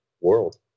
world